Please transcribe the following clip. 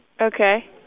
Okay